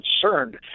concerned